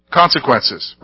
consequences